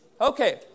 Okay